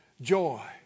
joy